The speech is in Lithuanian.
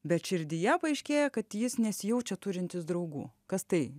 bet širdyje paaiškėja kad jis nesijaučia turintis draugų kas tai